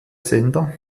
sender